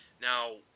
Now